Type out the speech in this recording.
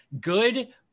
good